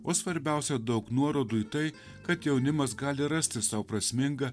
o svarbiausia daug nuorodų į tai kad jaunimas gali rasti sau prasmingą